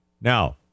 Now